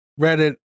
Reddit